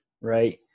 Right